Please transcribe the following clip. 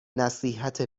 نصیحت